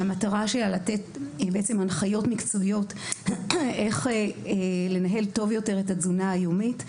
שמטרתה לתת הנחיות מקצועיות כיצד לנהל טוב יותר את התזונה היומית,